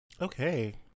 Okay